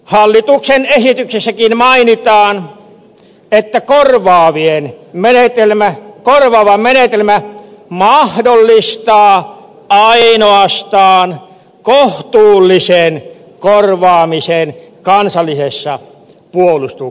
hallituksen esityksessäkin mainitaan että korvaava menetelmä mahdollistaa ainoastaan kohtuullisen korvaamisen kansallisessa puolustuksessa